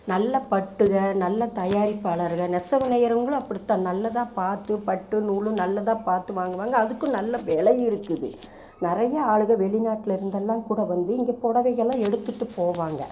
நல்ல பட்டுகள் நல்ல தயாரிப்பாளர்கள் நெசவு நெய்யிறவங்களும் அப்படித்தான் நல்லதாக பார்த்து பட்டு நூலும் நல்லதாக பார்த்து வாங்குவாங்கள் அதுக்கும் நல்ல விலை இருக்குது நிறைய ஆளுங்க வெளிநாட்டிலருந்து எல்லாம் கூட வந்து இங்கே புடவைகலாம் எடுத்துட்டு போவாங்கள்